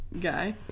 guy